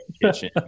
kitchen